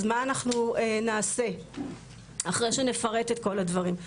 אז מה אנחנו נעשה אחרי שנפרט את כל הדברים.